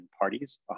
parties